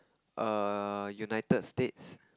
err United-States